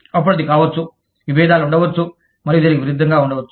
అప్పుడు అది కావచ్చు విభేదాలు ఉండవచ్చు మరియు దీనికి విరుద్ధంగా వుండవచ్చు